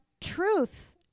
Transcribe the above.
truth